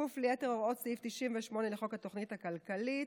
בכפוף ליתר הוראות סעיף 98 לחוק התוכנית הכלכלית,